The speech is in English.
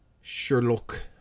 Sherlock